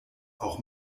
auch